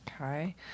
okay